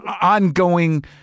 ongoing